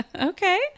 Okay